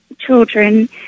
children